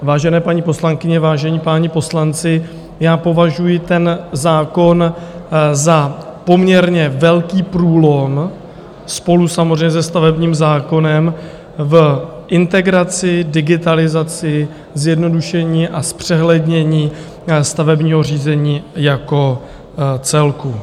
Vážené paní poslankyně, vážení páni poslanci, považuji ten zákon za poměrně velký průlom, spolu samozřejmě se stavebním zákonem, v integraci, digitalizaci, zjednodušení a zpřehlednění stavebního řízení jako celku.